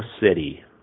City